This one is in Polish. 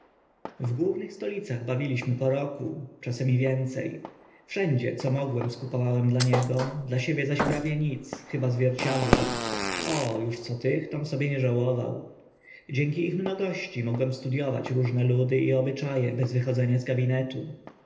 głównych stolicach bawiliśmy po roku czasem i więce wszędzie co mogłem skupowałem dla niego dla siebie zaś prawie nic chyba zwierciadła o uż co tych tom sobie nie żałował dzięki ich mnogości mogłem studiować różne ludy i obycza e bez wychodzenia z gabinetu